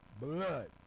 blood